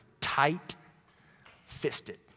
tight-fisted